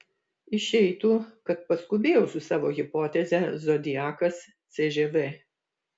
išeitų kad paskubėjau su savo hipoteze zodiakas cžv